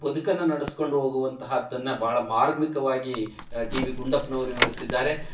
ಬದುಕನ್ನು ನಡೆಸ್ಕೊಂಡು ಹೋಗುವಂತಹದ್ದನ್ನು ಭಾಳ ಮಾರ್ಮಿಕವಾಗಿ ಡಿ ವಿ ಗುಂಡಪ್ಪನವ್ರು ವಿವರಿಸಿದ್ದಾರೆ